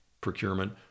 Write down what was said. procurement